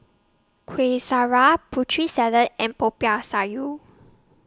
Kuih Syara Putri Salad and Popiah Sayur